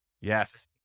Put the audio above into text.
Yes